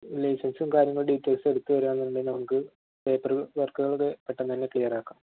ലൈസൻസും കാര്യങ്ങളും ഡീറ്റെയിൽസും എടുത്ത് തരാമെന്നുണ്ടെങ്കില് നമുക്ക് പേപ്പർ വർക്കുകൾ പെട്ടെന്ന് തന്നെ ക്ലിയറാക്കാം